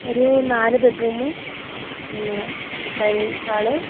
ഒരു നാല് ബെഡ്റൂമും ഒന്ന് ഡൈനിംഗ് ഹാള്